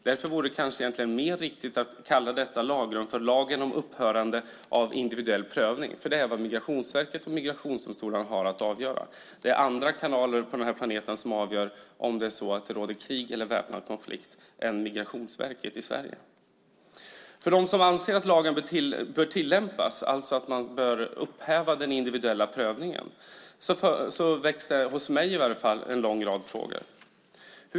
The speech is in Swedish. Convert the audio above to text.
Därför vore det kanske mer riktigt att kalla detta lagrum för lagen om upphörande av individuell prövning eftersom det är vad Migrationsverket och migrationsdomstolen har att avgöra. Det är andra kanaler på denna planet än Migrationsverket i Sverige som avgör huruvida det råder krig eller väpnad konflikt. Om man anser att lagen bör tillämpas, alltså att den individuella prövningen bör upphöra, väcker det en lång rad frågor hos mig.